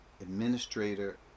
Administrator